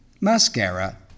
mascara